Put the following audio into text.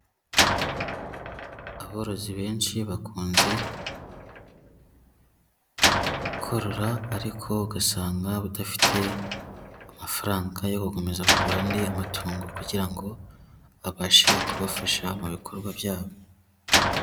Aborozi benshi bakunze korora ariko ugasanga badafite amafaranga yo gukomeza kugura andi matungo kugira ngo abashe kubafasha mu bikorwa byabo.